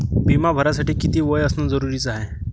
बिमा भरासाठी किती वय असनं जरुरीच हाय?